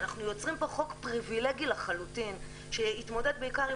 אנחנו יוצרים חוק פריווילגי שיתמודד עם